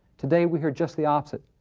today we hear just the opposite.